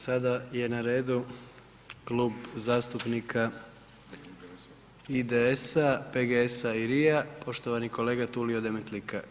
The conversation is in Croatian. Sada je na redu Klub zastupnika IDS-a, PGS-a i LRI-a, poštovani kolega Tulio Demetlika.